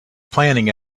planning